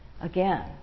Again